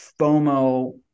FOMO